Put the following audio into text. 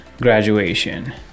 graduation